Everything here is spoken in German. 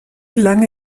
lange